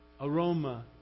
aroma